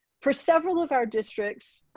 for several of our districts,